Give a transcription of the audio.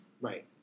Right